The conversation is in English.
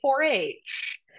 4-H